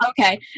okay